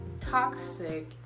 toxic